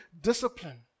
discipline